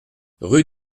rue